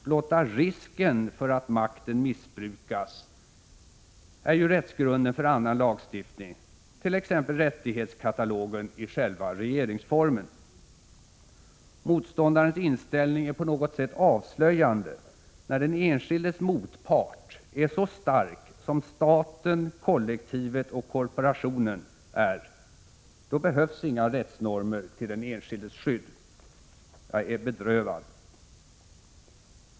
Blotta risken för att makten missbrukas är ju rättsgrunden för annan lagstiftning, t.ex. rättighetskatalogen i själva regeringsformen. Motståndarens inställning är på något sätt avslöjande. När den enskildes motpart är så stark som staten, kollektivet och korporationen är, då behövs inga rättsnormer till den enskildes skydd. Jag är bedrövad.